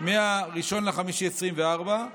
מינואר 2024,